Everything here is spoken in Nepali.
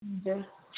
हजुर